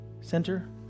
center